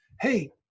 hey